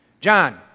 John